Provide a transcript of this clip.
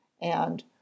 and